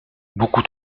beaucoup